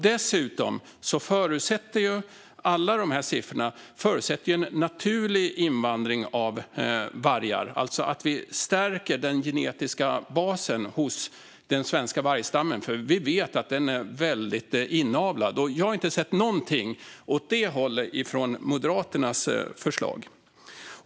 Dessutom förutsätter alla de siffrorna naturlig invandring av vargar, alltså att den genetiska basen hos den svenska vargstammen stärks. Vi vet att den är väldigt inavlad. Jag har inte sett någonting åt det hållet i Moderaternas förslag.